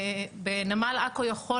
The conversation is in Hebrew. בנמל עכו למשל,